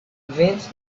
vent